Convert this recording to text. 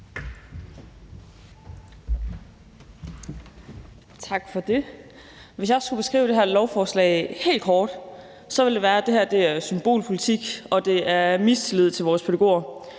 Tak for det. Hvis jeg skulle beskrive det her lovforslag helt kort, ville jeg sige, at det her er symbolpolitik og et udtryk for mistillid til vores pædagoger.